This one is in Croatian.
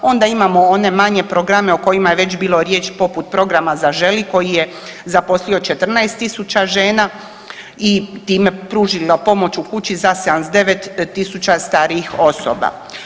Onda imamo one manje programe o kojima je već bilo riječ poput programa „Zaželi“ koji je zaposlio 14.000 žena i time pružila pomoć u kući za 79.000 starijih osoba.